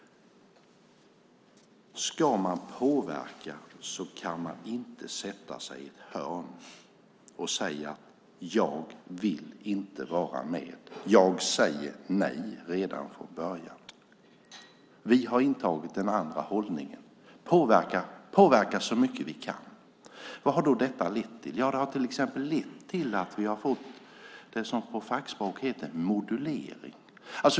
Ska man påverka kan man inte sätta sig i ett hörn och säga: Jag vill inte vara med. Jag säger nej redan från början. Vi har intagit den andra hållningen, nämligen att påverka så mycket vi kan. Vad har då detta lett till? Ja, det har till exempel lett till att vi har fått det som på fackspråk heter modulering.